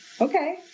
Okay